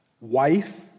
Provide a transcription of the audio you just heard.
wife